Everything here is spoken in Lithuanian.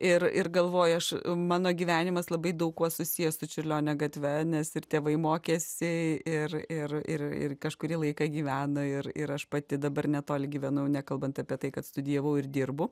ir ir galvoju aš mano gyvenimas labai daug kuo susijęs su čiurlionio gatve nes ir tėvai mokėsi ir ir ir ir kažkurį laiką gyveno ir ir aš pati dabar netoli gyvenu jau nekalbant apie tai kad studijavau ir dirbu